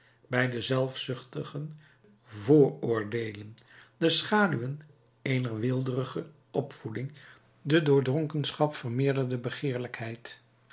bij de zelfzuchtigen vooroordeelen de schaduwen eener weelderige opvoeding de door dronkenschap vermeerderde begeerlijkheid